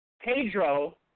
Pedro